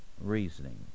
reasoning